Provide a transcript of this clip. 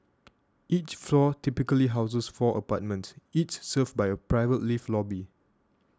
each floor typically houses four apartments each served by a private lift lobby